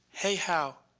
hey how,